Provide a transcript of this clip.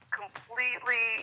completely